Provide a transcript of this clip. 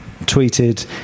Tweeted